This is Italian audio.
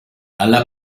alla